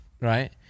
right